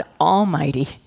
Almighty